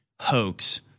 hoax